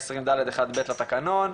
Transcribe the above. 120 ד' ב' לתקנון,